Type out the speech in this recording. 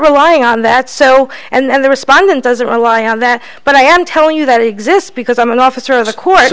relying on that so and the respondent doesn't rely on that but i am telling you that exists because i'm an officer of the court